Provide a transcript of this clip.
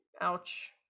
ouch